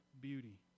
beauty